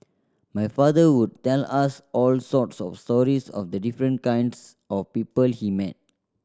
my father would tell us all sorts of stories of the different kinds of people he met